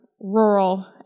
rural